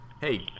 hey